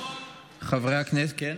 היושב-ראש.